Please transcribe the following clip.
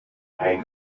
ein